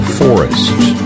forests